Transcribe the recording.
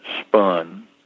spun